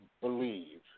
believe